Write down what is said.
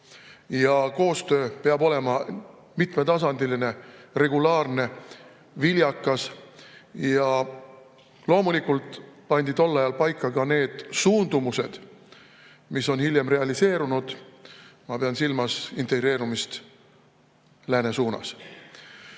ja koostöö peab olema mitmetasandiline, regulaarne ja viljakas. Loomulikult pandi tol ajal paika ka need suundumused, mis on hiljem realiseerunud. Ma pean silmas integreerumist lääne suunas.